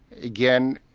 again,